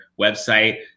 website